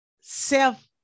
self